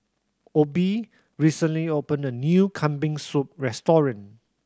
Obie recently opened a new Kambing Soup restaurant